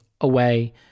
away